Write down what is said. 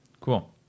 cool